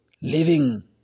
living